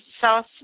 south